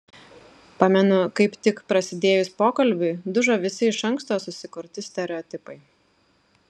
pamenu kaip tik prasidėjus pokalbiui dužo visi iš anksto susikurti stereotipai